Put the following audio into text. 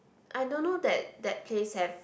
I don't know that that place have